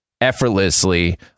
effortlessly